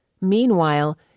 Meanwhile